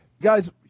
guys